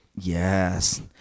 Yes